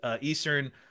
Eastern